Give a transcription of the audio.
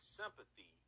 sympathy